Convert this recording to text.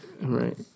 right